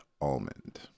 almond